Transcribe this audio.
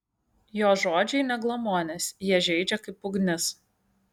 jo žodžiai ne glamonės jie žeidžia kaip ugnis